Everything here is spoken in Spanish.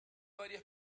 varias